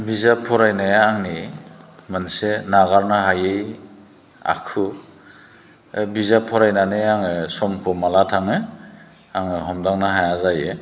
बिजाब फरायनाया आंनि मोनसे नागारनो हायि आखु बिजाब फरायनानै आङो समखौ माला थाङो आङो हमन्दांनो हाया जायो